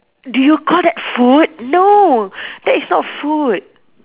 do you call that food no that is not food